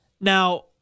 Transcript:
Now